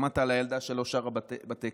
שמעת על הילדה שלא שרה בטקס?